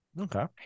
Okay